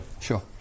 Sure